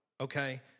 Okay